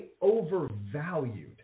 overvalued